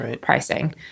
pricing